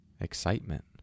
excitement